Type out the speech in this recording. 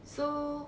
so